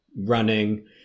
Running